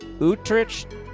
Utrecht